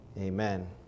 Amen